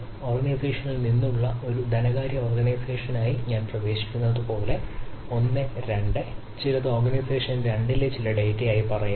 ഓർഗനൈസേഷനിൽ നിന്നുള്ള ഒരു ധനകാര്യ ഓർഗനൈസേഷനായി ഞാൻ പ്രവേശിക്കുന്നത് പോലെ 1 2 ചിലത് ഓർഗനൈസേഷൻ 2 ലെ ചില ഡാറ്റയായി പറയുന്നു